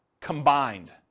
combined